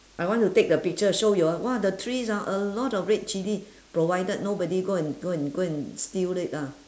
I want to take the picture show you all !wah! the trees ah a lot of red chilli provided nobody go and go and go and steal it lah